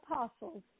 apostles